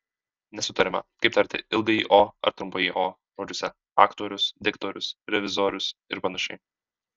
nesutariama kaip tarti ilgąjį o ar trumpąjį o žodžiuose aktorius diktorius revizorius ir panašiai